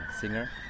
singer